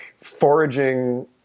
foraging